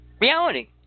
reality